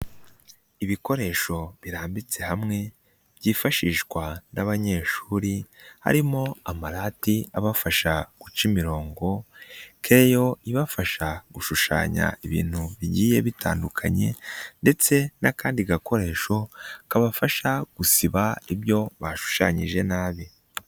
Ubikoresho birambitse hamwe byifashishwa n'abanyeshuri, harimo amarati abafasha guca imirongo, kereyo ibafasha gushushanya ibintu bigiye bitandukanye ndetse n'akandi gakoresho kabafasha gusiba ibyo bashushanyije nabi.